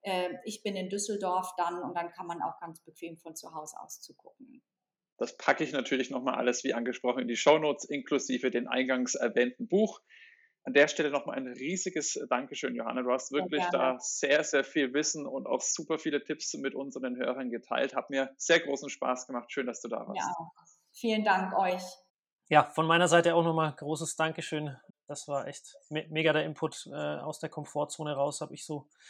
Ähm, ich bin in Düsseldorf dann und dann kann man auch ganz bequem von zu Hause aus zugucken, ja. Das packe ich natürlich noch mal alles, wie angesprochen, in die Shownotes, inklusive den eingangs erwähnten Buch. An der Stelle noch mal ein riesiges Dankeschön, Johanna. Du hast Sehr wirklich gerne. da sehr, sehr viel Wissen und auch super viele Tipps mit unseren Hörern geteilt. Hat mir sehr großen Spaß gemacht. Schön, dass du da warst. Ja. Vielen Dank euch. Ja, von meiner Seite auch noch mal großes Dankeschön. Das war echt me- mega der Input, äh, aus der Komfortzone raus, hab ich so-